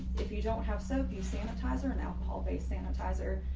if you don't have sophie sanitizer and alcohol based sanitizer,